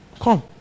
come